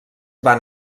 van